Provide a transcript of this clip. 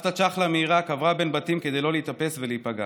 סבתא צ'חלה מעיראק עברה בין בתים כדי לא להיתפס ולהיפגע.